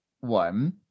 one